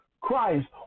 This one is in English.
Christ